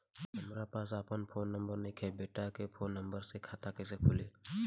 हमरा पास आपन फोन नईखे बेटा के फोन नंबर से खाता कइसे खुली?